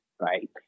right